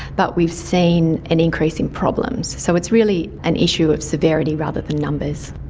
but we've seen an increase in problems. so it's really an issue of severity rather than numbers.